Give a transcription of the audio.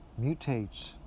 mutates